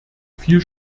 viel